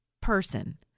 person